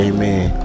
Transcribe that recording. amen